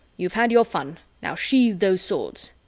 you've had your fun. now sheathe those swords.